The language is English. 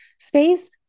space